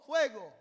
fuego